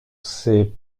ses